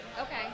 Okay